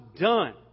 done